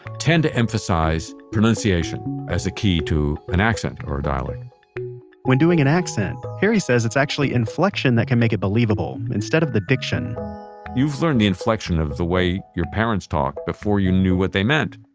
tend to emphasize pronunciation as a key to an accent or a dialect when doing an accent, harry says it's actually inflection that can make it believable, instead of the diction you've learned the inflection of the way your parents talk before you knew what they meant.